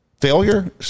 Failure